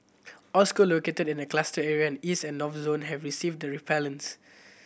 all school located in the cluster area and East and North zones have received the repellents